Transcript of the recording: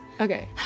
Okay